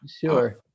Sure